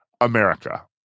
America